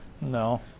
No